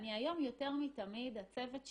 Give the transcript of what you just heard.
והיום יותר מתמיד, לצוות שלי: